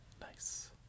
Nice